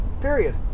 Period